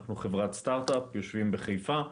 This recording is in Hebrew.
אנחנו חברת סטרט-אפ שנמצאת בחיפה.